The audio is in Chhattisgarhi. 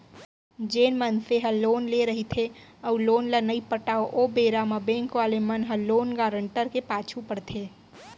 जेन मनसे ह लोन लेय रहिथे अउ लोन ल नइ पटाव ओ बेरा म बेंक वाले मन ह लोन गारेंटर के पाछू पड़थे